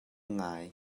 ngai